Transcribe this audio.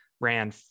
ran